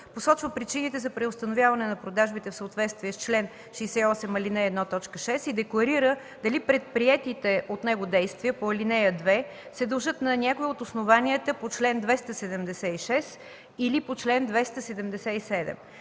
посочва причините за преустановяване на продажбите в съответствие с чл. 68, ал. 1, т. 6 и декларира дали предприетите от него действия по ал. 2 се дължат на някое от основанията по чл. 276 или по чл. 277.”